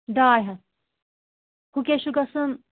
ڈاے ہَتھ ہُہ کیٛاہ چھُ گژھان